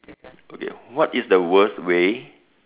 okay what is the worst way